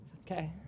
okay